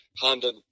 Honda